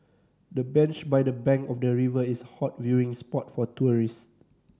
the bench by the bank of the river is hot viewing spot for tourist